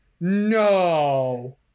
No